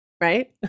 right